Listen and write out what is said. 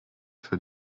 für